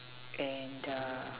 and uh